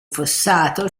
fossato